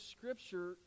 Scripture